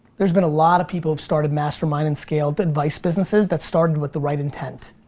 there's been a lot of people who've started mastermind and scaled advice businesses that started with the right intent